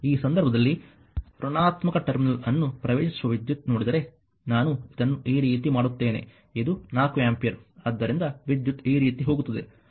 ಈ ಸಂದರ್ಭದಲ್ಲಿ ಋಣಾತ್ಮಕ ಟರ್ಮಿನಲ್ ಅನ್ನು ಪ್ರವೇಶಿಸುವ ವಿದ್ಯುತ್ ನೋಡಿದರೆ ನಾನು ಇದನ್ನು ಈ ರೀತಿ ಮಾಡುತ್ತೇನೆ ಇದು 4 ಆಂಪಿಯರ್ ಆದ್ದರಿಂದ ವಿದ್ಯುತ್ ಈ ರೀತಿ ಹೋಗುತ್ತದೆ